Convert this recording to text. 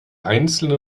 einzelne